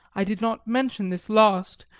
i did not mention this last,